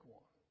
one